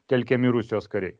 telkiami rusijos kariai